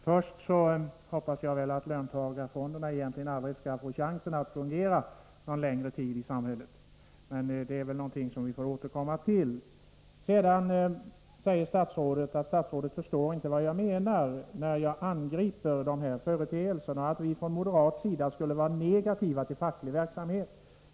Fru talman! Först hoppas jag att löntagarfonderna egentligen aldrig skall få chansen att fungera någon längre tid i samhället. Men det är väl någonting som vi får återkomma till. Statsrådet sade att hon inte förstår vad jag menar, när jag angriper de här företeelserna. Hon sade också att vi moderater skulle vara negativa till facklig verksamhet.